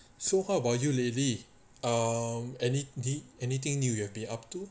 so how about you lately um any anything new you have been up to